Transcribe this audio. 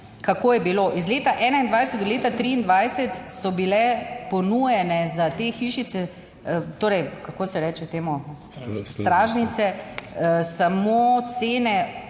kako je bilo, iz leta 2021 do leta 2023 so bile ponujene za te hišice torej, kako se reče temu, stražnice, samo cene med